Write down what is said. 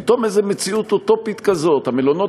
פתאום איזו מציאות אוטופית כזאת: המלונות